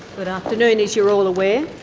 good afternoon. as you're all aware,